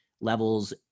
Levels